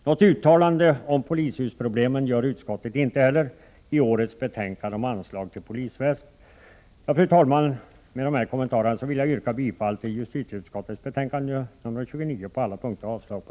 Något uttalande om polishusproblemen gör utskottet inte heller i årets betänkande om anslag till Polisväsendet. Fru talman! Med dessa kommentarer vill jag på alla punkter yrka bifall till justitieutskottets hemställan och avslag på reservationerna.